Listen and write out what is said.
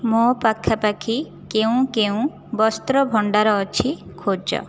ମୋ ପାଖାପାଖି କେଉଁ କେଉଁ ବସ୍ତ୍ର ଭଣ୍ଡାର ଅଛି ଖୋଜ